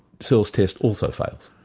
searle's test also fails.